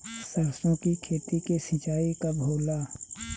सरसों की खेती के सिंचाई कब होला?